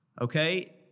Okay